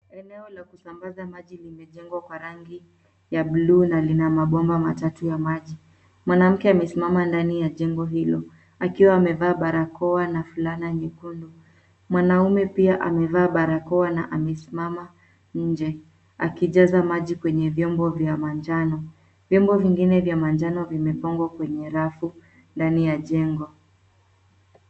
Eneo la kusambaza maji limejengwa kwa rangi ya bluu na lina mabomba matatu ya maji mwanamke amesimama ndani ya jengo hilo akiwa amevaa barakoa na fulana nyekundu mwanaume pia amevaa barakoa na amesimama njee ,akijaza maji kwenye viombo vya majano viombo vingine vya majano vimepangwa kwenye rafu ndani ya jengo.